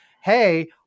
hey